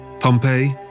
Pompeii